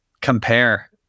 compare